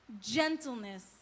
gentleness